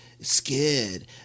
scared